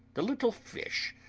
the little fish,